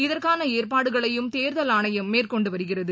இதற்கான ஏற்பாடுகளையும் தேர்தல் ஆணையம் மேற்கொண்டு வருகிறது